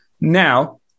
Now